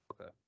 Okay